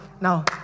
Now